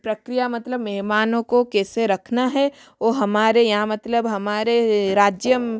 प्रक्रिया मतलब मेहमानों को कैसे रखना है वो हमारे यहाँ मतलब हमारे राज्य